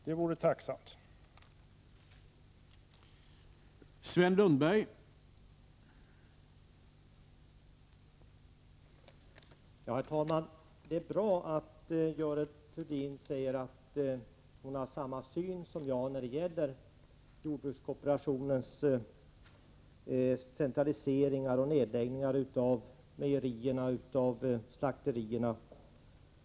Jag vore tacksam för ett svar på den frågan.